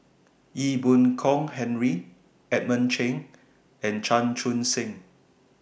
Ee Boon Kong Henry Edmund Cheng and Chan Chun Sing